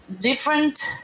different